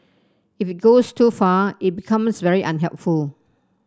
if it goes too far it becomes very unhelpful